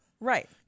Right